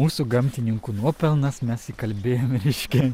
mūsų gamtininkų nuopelnas mes įkalbėjom reiškia